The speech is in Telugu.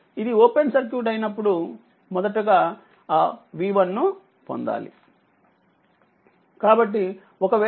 ఇది ఓపెన్సర్క్యూట్అయినప్పుడుమొదటగాఆ V1 నుపొందాలి